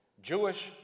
Jewish